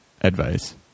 advice